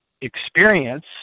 experience